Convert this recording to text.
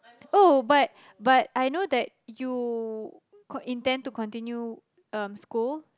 oh but but I know that you intend to continue um school